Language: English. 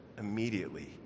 immediately